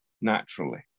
naturally